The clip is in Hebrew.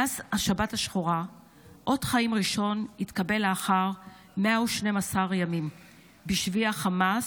מאז השבת השחורה אות חיים ראשון התקבל לאחר 112 ימים בשבי החמאס.